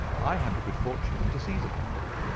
i had the good fortune to seize upon that,